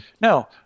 Now